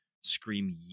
scream